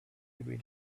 every